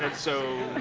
and so,